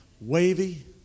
wavy